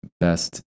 best